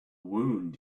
wound